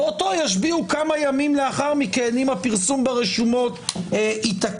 ואותו ישביעו כמה ימים לאחר מכן עם הפרסום ברשומות יתעכב.